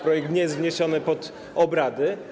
Projekt nie został wniesiony pod obrady.